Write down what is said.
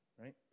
right